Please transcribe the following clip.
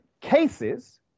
cases